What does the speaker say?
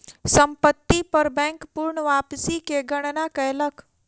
संपत्ति पर बैंक पूर्ण वापसी के गणना कयलक